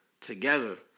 together